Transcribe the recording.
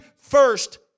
first